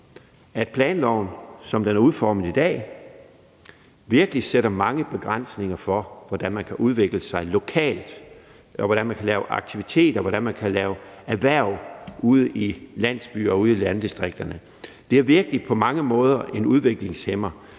at planloven, som den er udformet i dag, virkelig sætter mange begrænsninger for, hvordan man kan udvikle sig lokalt, hvordan man kan lave aktiviteter, og hvordan man kan skabe erhverv ude i landsbyer og ude i landdistrikterne. Det er virkelig på mange måder en udviklingshæmmer.